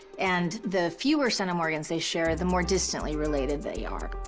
and the fewer centimorgans they share, the more distantly related they are.